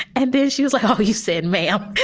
and then she was like, oh, you said, me? um